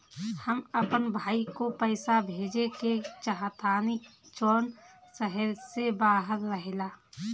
हम अपन भाई को पैसा भेजे के चाहतानी जौन शहर से बाहर रहेला